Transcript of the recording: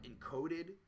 encoded